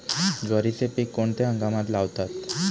ज्वारीचे पीक कोणत्या हंगामात लावतात?